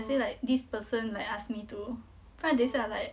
I say like this person like ask me to 不然等一下 like